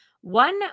One